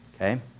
Okay